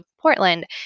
Portland